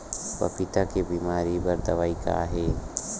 पपीता के बीमारी बर दवाई का हे?